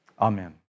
Amen